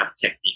technique